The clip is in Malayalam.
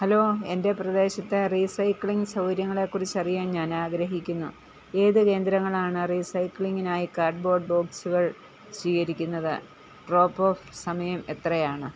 ഹലോ എൻ്റെ പ്രദേശത്തെ റീസൈക്ലിംഗ് സൗകര്യങ്ങളെക്കുറിച്ചറിയാൻ ഞാൻ ആഗ്രഹിക്കുന്നു ഏത് കേന്ദ്രങ്ങളാണ് റീസൈക്ലിംഗിനായി കാർഡ്ബോർഡ് ബോക്സുകൾ സ്വീകരിക്കുന്നത് ഡ്രോപ്പ് ഓഫ് സമയം എത്രയാണ്